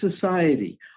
society